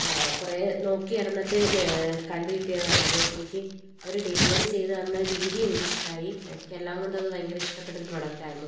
കുറെ നോക്കി നടന്നിട്ട് ഏ കണ്ട് കിട്ടിയതാണത് അപ്പം എനിക്ക് അവർ ഡെലിവറി ചെയ്ത് തന്ന രീതി എനിക്ക് ഇഷ്ട്ടമായി എനിക്ക് എല്ലാം കൊണ്ടും അത് ഭയങ്കര ഇഷ്ട്ടപെട്ട ഒരു പ്രോഡക്റ്റായിരുന്നു